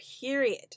period